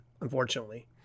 unfortunately